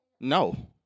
No